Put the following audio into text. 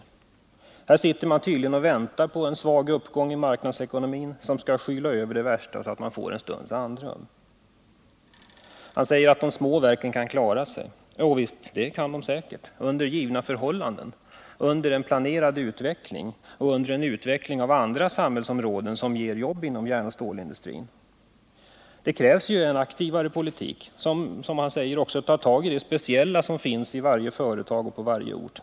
Regeringen sitter tydligen och väntar på en svag uppgång i marknadsekonomin som skall skyla över det värsta så att man får en stunds andrum. Industriministern säger att de små verken kan klara sig. Ja, det kan de säkert — under givna förhållanden, under en planerad utveckling och under en utveckling av andra samhällsområden som ger jobb inom järnoch stålindustrin. Det krävs en aktivare politik som — vilket industriministern också framhåller — tar tag i den speciella kompetens som finns i varje företag och på varje ort.